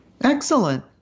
excellent